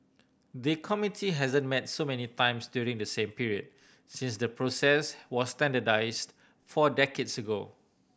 the committee hasn't met so many times during the same period since the process was standardised four decades ago